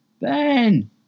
Ben